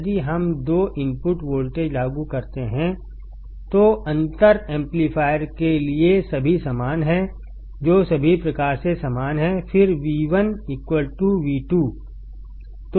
यदि हम दो इनपुट वोल्टेज लागू करते हैं जो अंतर एम्पलीफायर के लिए सभी समान हैंजो सभी प्रकार से समान हैं फिर V1 V2